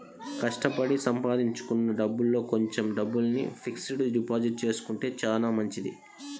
కష్టపడి సంపాదించుకున్న డబ్బుల్లో కొంచెం డబ్బుల్ని ఫిక్స్డ్ డిపాజిట్ చేసుకుంటే చానా మంచిది